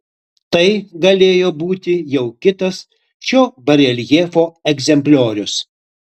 tai galėjo būti jau kitas šio bareljefo egzempliorius